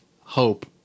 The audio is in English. hope